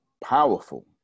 powerful